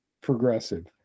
progressive